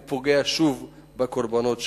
הוא פוגע שוב בקורבנות שלו.